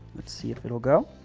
let's see if it'll go.